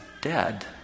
dead